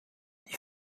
die